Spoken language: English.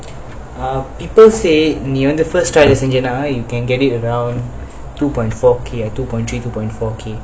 uh people say நீ வந்து:nee vanthu first try lah செஞ்சேன்ன:senjaenna you can get it around two point four K two point three two point four K